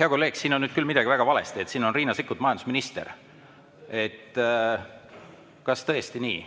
Hea kolleeg, siin on nüüd küll midagi väga valesti. Siin on Riina Sikkut, majandusminister. Kas tõesti nii?